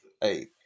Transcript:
hey